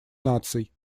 наций